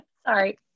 Sorry